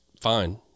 fine